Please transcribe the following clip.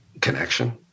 connection